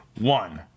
One